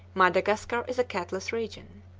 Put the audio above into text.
madagascar is a catless region.